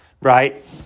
Right